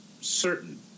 certain